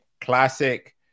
classic